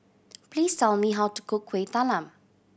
please tell me how to cook Kuih Talam